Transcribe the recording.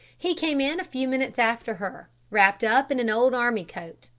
he came in a few minutes after her, wrapped up in an old army coat,